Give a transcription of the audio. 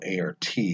ART